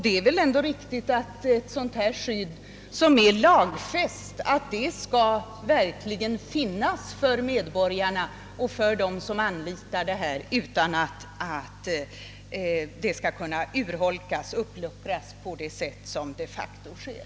Det är väl riktigt att sådant skydd som är lagfäst verkligen skall finnas för de medborgare som anlitar detta, utan att det skall kunna urholkas och uppluckras på det sätt som faktiskt sker.